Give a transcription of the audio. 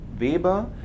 Weber